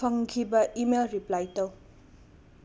ꯐꯪꯈꯤꯕ email reply ꯇꯧ